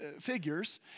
figures